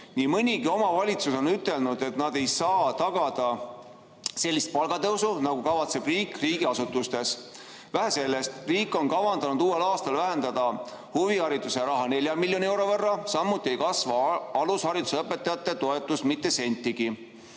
Nii mõnigi omavalitsus on ütelnud, et nad ei saa tagada sellist palgatõusu, nagu kavatseb riik riigiasutustes. Vähe sellest, riik on kavandanud uuel aastal vähendada huvihariduse raha 4 miljoni euro võrra, samuti ei kasva alushariduse õpetajate toetus mitte sentigi.